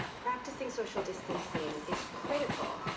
practicing social distancing is critical,